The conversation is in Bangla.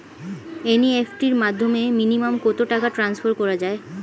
এন.ই.এফ.টি র মাধ্যমে মিনিমাম কত টাকা ট্রান্সফার করা যায়?